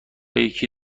یکی